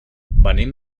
venim